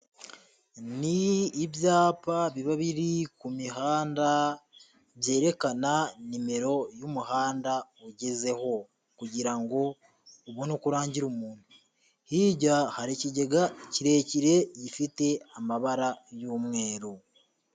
Ni ibyapa biba biri ku mihanda, byerekana nimero y'umuhanda ugezeho, kugirango ubone uko urangira umuntu, hirya hari ikigega kirekire gifite amabara y'umweru.